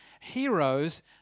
heroes